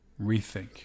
rethink